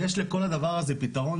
ויש לכל הדבר הזה פתרון,